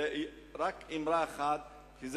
ורק אמרה אחת אני אומר.